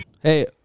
Hey